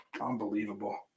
Unbelievable